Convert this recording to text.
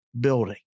building